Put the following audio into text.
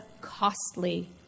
costly